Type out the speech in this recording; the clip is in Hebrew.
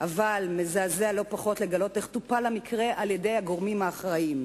אבל מזעזע לא פחות לגלות איך טופל המקרה על-ידי הגורמים האחראים.